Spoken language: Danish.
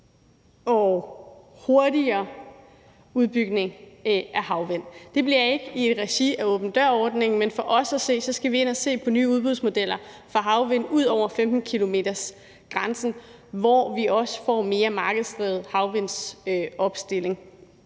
og hurtigere udbygning af havvind. Det bliver ikke i regi af åben dør-ordningen, men for os at se skal vi ind at se på nye udbudsmodeller for havvind ud over 15-kilometersgrænsen, hvor vi også får mere markedsdrevet havvindmølleopstilling.